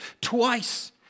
twice